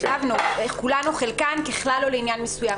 כתבנו "כולן או חלקן, ככלל או לעניין מסוים".